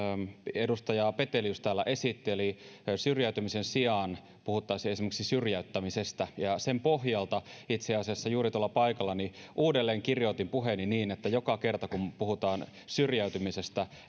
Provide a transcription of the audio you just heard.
edustaja petelius täällä esitteli että syrjäytymisen sijaan puhuttaisiin esimerkiksi syrjäyttämisestä sen pohjalta itse asiassa juuri tuolla paikallani uudelleenkirjoitin puheeni niin että joka kerta kun puhutaan syrjäytymisestä